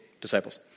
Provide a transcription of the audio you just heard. disciples